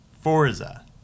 Forza